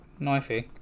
knifey